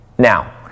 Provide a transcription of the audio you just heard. Now